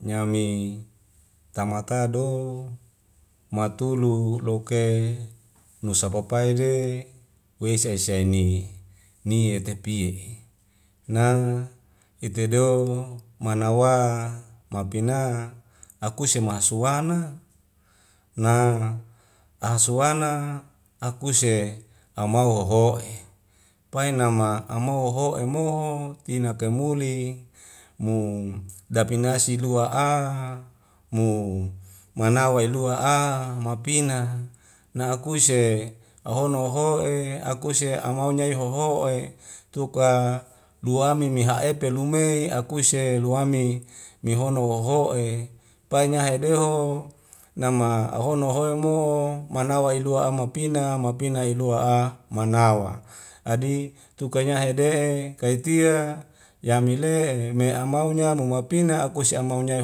Nyami tamata do matulu hu' loke nusa pai pai de wese' sei ni nie tepie na etedo manawa mapina akuse ma'asuana na asuana akuse amau hoho'e painama amoho'e mo'ho tina kaimuli mo dapinasi lua a mo manawailua a mapina nakuise ahono hoho'e akuse amaunyai hoho'e tuka luami me ha e'te lume akuise luame mehono waho'e pai nya hedeho nama ahono wahoe mo mana wailua ama pina mapina ilua a manawa adi tukanya hede'e kaitia yamile'e me amaunya mu mapina akuse amaunya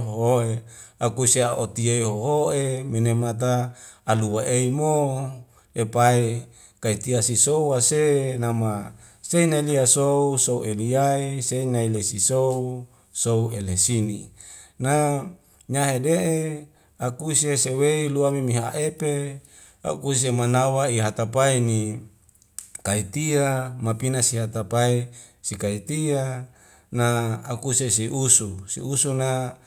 hoho'e akuse a'otie hoho'e mene mata adu wa'ei mo yepai kaitia si soas se nama sei na lia sou sou elia e sei nai lesi sou sou elesini. na nya ede'e akuse se wei lua meme ha'epe akuse manawa'i hatapae ni kaitia mapina si hatapai sikaitia na akuse si usu si usu na